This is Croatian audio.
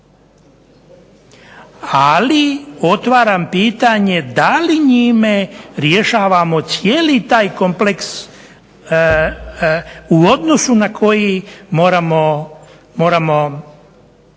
ali otvaram pitanje da li njime rješavamo cijeli taj kompleks u odnosu na koji moramo